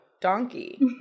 donkey